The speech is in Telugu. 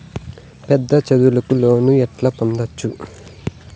పెద్ద చదువులకు లోను ఎట్లా పొందొచ్చు